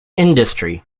industry